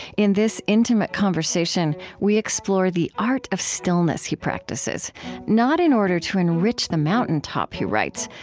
in this intimate conversation, we explore the art of stillness he practices not in order to enrich the mountaintop, he writes,